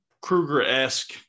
Krueger-esque